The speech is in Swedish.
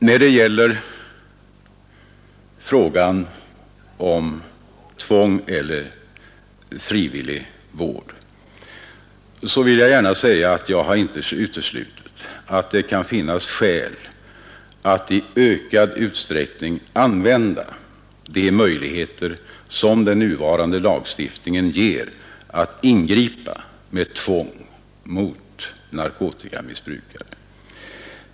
När det gäller frågan om tvång eller frivillig vård vill jag gärna säga att jag inte utesluter att det kan finnas skäl att i ökad utsträckning använda de möjligheter som den nuvarande lagstiftningen ger att ingripa med tvång mot narkotikamissbrukare.